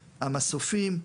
המסופים,